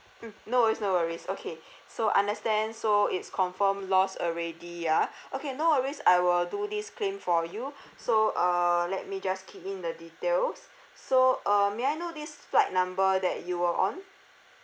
mm no worries no worries okay so understand so it's confirmed lost already ah okay no worries I will do this claim for you so uh let me just key in the details so uh may I know this flight number that you were on